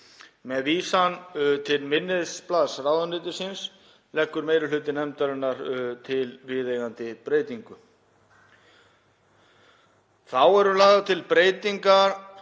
Með vísan til minnisblaðs ráðuneytis leggur meiri hlutinn til viðeigandi breytingu. Þá eru lagðar til breytingar